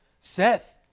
Seth